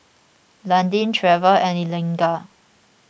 Landin Treva and Eliga